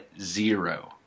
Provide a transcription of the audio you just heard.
zero